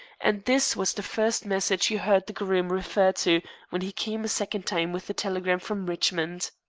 and this was the first message you heard the groom refer to when he came a second time with the telegram from richmond.